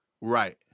Right